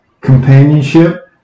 companionship